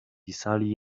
pisali